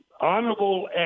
honorable